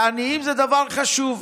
ועניים הם דבר חשוב.